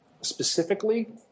Specifically